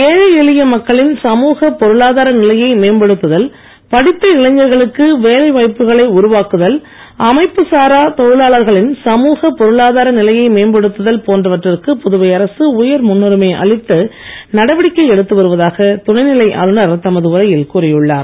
எழை எளிய மக்களின் சமூகப் பொருளாதார நிலையை மேம்படுத்துதல் படித்த இளைஞர்களுக்கு வேலை வாய்ப்புகளை உருவாக்குதல் அமைப்பு சாரா தொழிலாளர்களின் சமூக பொருளாதார நிலையை மேம்படுத்துதல் போன்றவற்றிற்கு புதுவை அரசு உயர் முன்னுரிமை அளித்து நடவடிக்கை எடுத்து வருவதாக துணைநிலை ஆளுநர் தமது உரையில் கூறியுள்ளார்